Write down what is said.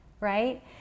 Right